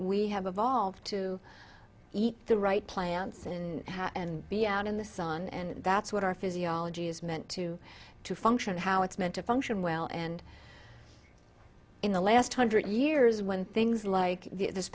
we have evolved to eat the right plants and and be out in the sun and that's what our physiology is meant to to function how it's meant to function well and in the last hundred years when things like this